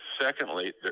Secondly